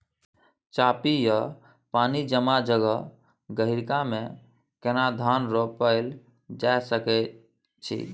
चापि या पानी जमा जगह, गहिरका मे केना धान रोपल जा सकै अछि?